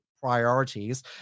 priorities